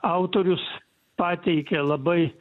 autorius pateikia labai